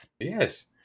yes